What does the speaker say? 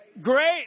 great